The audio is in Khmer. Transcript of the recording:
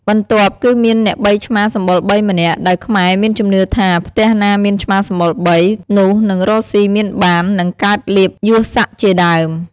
បន្ទាប់គឺមានអ្នកបីឆ្មាសម្បុរ៣ម្នាក់ ដោយខ្មែរមានជំនឿថា ផ្ទះណាមានឆ្មាសម្បុរ៣ នោះនឹងរកស៊ីមានបាន និងកើតលាភយសសក្តិជាដើម ។